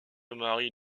marie